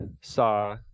saw